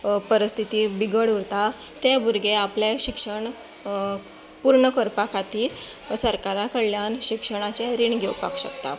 परस्थिती बिगड उरता ते भुरगे आपलें शिक्षण पूर्ण करपा खातीर सरकारा कडल्यान शिक्षणाचें रीण घेवपाक शकता